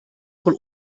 wohl